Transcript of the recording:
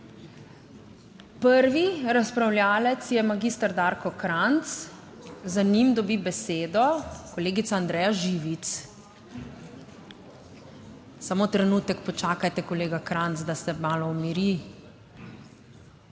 Prvi razpravljavec je magister Darko Krajnc, za njim dobi besedo kolegica Andreja Živic. / nemir v dvorani/ Samo trenutek počakajte, kolega Krajnc, da se malo umiri